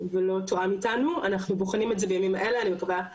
אני מקווה שנוכל בקרוב להכריע לגבי זה.